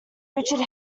richard